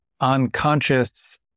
unconscious